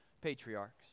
patriarchs